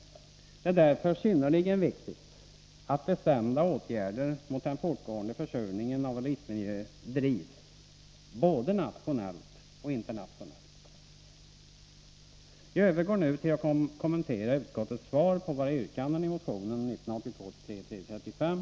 Det är därför synnerligen viktigt att bestämda åtgärder mot den fortgående försurningen av vår livsmiljö drivs både nationellt och internationellt. Jag övergår nu till att kommentera utskottets svar på våra yrkanden i motionen 1982/83:335.